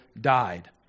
died